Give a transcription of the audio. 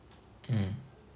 mm